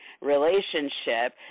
relationship